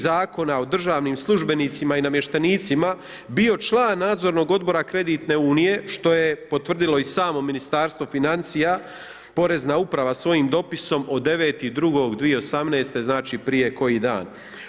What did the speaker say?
Zakona o državnim službenicima i namještenicima bio član nadzornog odbora kreditne unije, što je potvrdilo i samo Ministarstvo financija Porezna uprava svojim dopisom od 9.2.2018. znači prije koji dan.